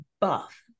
buff